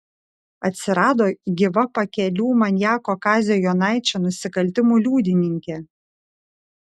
atsirado gyva pakelių maniako kazio jonaičio nusikaltimų liudininkė